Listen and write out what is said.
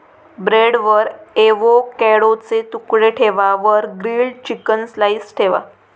ब्रेडवर एवोकॅडोचे तुकडे ठेवा वर ग्रील्ड चिकन स्लाइस ठेवा